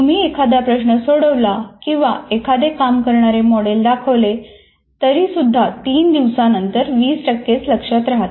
तुम्ही एखादा प्रश्न सोडवला किंवा एखादे काम करणारे मॉडेल दाखवले तरी सुद्धा तीन दिवसांनंतर वीस टक्केच लक्षात राहते